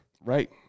Right